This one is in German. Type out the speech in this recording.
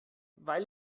weil